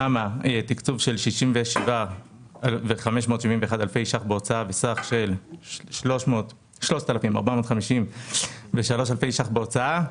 שם תקצוב של 67,571 אלפי שקלים בהוצאה וסך של 3,453 אלפי שקלים בהוצאה,